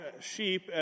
sheep